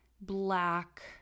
black